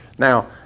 Now